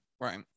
Right